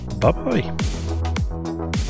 bye-bye